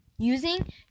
Using